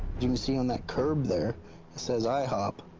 you see on that curb there, it says ihop.